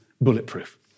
bulletproof